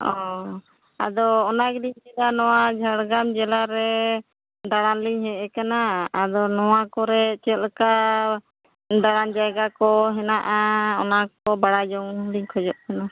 ᱚᱻ ᱟᱫᱚ ᱚᱱᱟ ᱜᱮᱞᱤᱧ ᱞᱟᱹᱭᱮᱫᱟ ᱱᱚᱣᱟ ᱡᱷᱟᱨᱜᱮᱨᱟᱢ ᱡᱮᱞᱟ ᱨᱮ ᱫᱟᱲᱟᱱ ᱞᱤᱧ ᱦᱮᱡ ᱟᱠᱟᱱᱟ ᱟᱫᱚ ᱱᱚᱣᱟ ᱠᱚᱨᱮ ᱪᱮᱫ ᱞᱮᱠᱟ ᱫᱟᱲᱟᱱ ᱡᱟᱭᱜᱟ ᱠᱚ ᱦᱮᱱᱟᱜᱼᱟ ᱚᱱᱟ ᱠᱚ ᱵᱟᱲᱟᱭ ᱡᱚᱝ ᱞᱤᱧ ᱠᱷᱚᱡᱚᱜ ᱠᱟᱱᱟ